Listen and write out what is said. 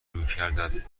رویکردت